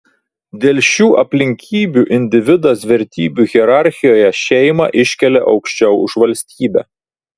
dėl šių aplinkybių individas vertybių hierarchijoje šeimą iškelia aukščiau už valstybę